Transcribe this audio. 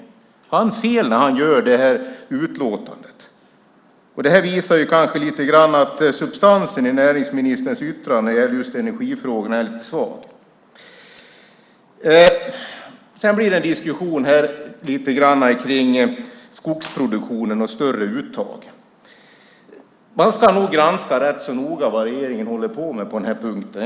Har han fel när han gör detta utlåtande? Det visar kanske lite grann att substansen i näringsministerns yttrande när det gäller just energifrågorna är lite svag. Sedan blir det en liten diskussion om skogsproduktionen och större uttag. Man ska nog rätt så noga granska vad regeringen håller på med på den punkten.